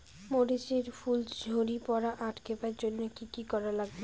মরিচ এর ফুল ঝড়ি পড়া আটকাবার জইন্যে কি কি করা লাগবে?